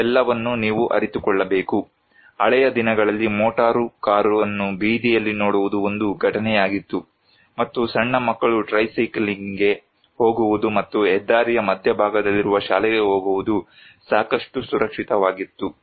ಇದೆಲ್ಲವನ್ನೂ ನೀವು ಅರಿತುಕೊಳ್ಳಬೇಕು ಹಳೆಯ ದಿನಗಳಲ್ಲಿ ಮೋಟಾರು ಕಾರನ್ನು ಬೀದಿಯಲ್ಲಿ ನೋಡುವುದು ಒಂದು ಘಟನೆಯಾಗಿತ್ತು ಮತ್ತು ಸಣ್ಣ ಮಕ್ಕಳು ಟ್ರೈಸೈಕ್ಲಿಂಗ್ಗೆ ಹೋಗುವುದು ಮತ್ತು ಹೆದ್ದಾರಿಯ ಮಧ್ಯಭಾಗದಲ್ಲಿರುವ ಶಾಲೆಗೆ ಹೋಗುವುದು ಸಾಕಷ್ಟು ಸುರಕ್ಷಿತವಾಗಿತ್ತು